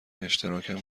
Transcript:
اشتراکم